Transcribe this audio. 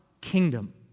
kingdom